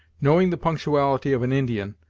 knowing the punctuality of an indian,